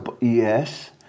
Yes